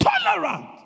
tolerant